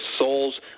souls